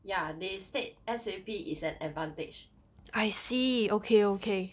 ya they state S_A_P is an advantage